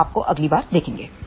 हम आपको अगली बार देखेंगे